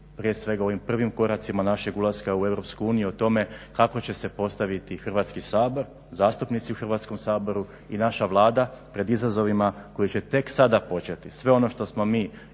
prije svega u ovim prvim koracima našeg ulaska u EU o tome kako će se postaviti Hrvatski sabor, zastupnici u Hrvatskom saboru i naša Vlada pred izazovima koji će tek sada početi. Sve ono što smo mi